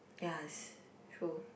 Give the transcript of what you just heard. yes true